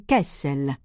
Kessel